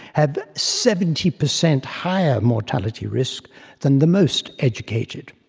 have seventy per cent higher mortality risk than the most educated.